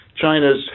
China's